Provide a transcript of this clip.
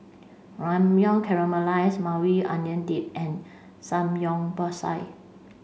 Ramyeon Caramelized Maui Onion Dip and Samgeyopsal